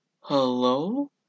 Hello